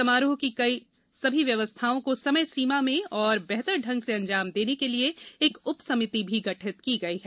समारोह की सभी व्यवस्थाओं को समय सीमा में एवं बेहतर ढंग से अंजाम देने के लिए एक उपसमिति भी गठित की गई है